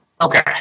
Okay